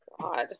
God